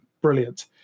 Brilliant